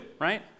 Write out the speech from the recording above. right